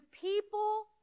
people